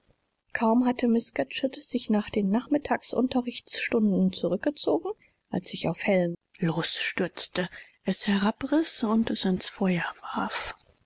kaum hatte miß scatcherd sich nach den nachmittags unterrichtsstunden zurückgezogen als ich auf helen losstürzte es herabriß und es ins feuer warf